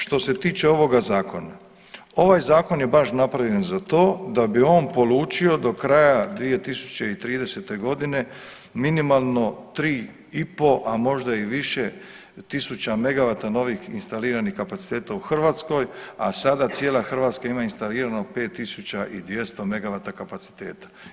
Što se tiče ovoga zakona, ovaj zakon je baš napravljen za to da bi on polučio do kraja 2030.g. minimalno 3,5, a možda i više tisuća megavata novih instaliranih kapaciteta u Hrvatskoj, a sada cijela Hrvatska ima instalirano 5200 megavata kapaciteta.